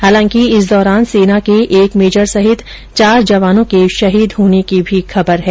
हालांकि इस दौरान सेना के एक मेजर सहित चार जवानों के शहीद होने की खबर है